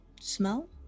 Smell